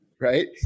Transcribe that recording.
Right